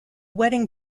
wedding